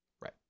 right